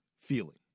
feeling